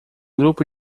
grupo